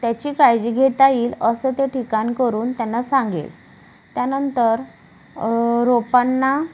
त्याची काळजी घेता येईल असं ते ठिकाण करून त्यांना सांगेल त्यानंतर रोपांना